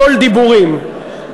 הכול דיבורים.